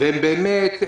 והם באמת,